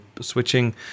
switching